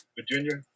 Virginia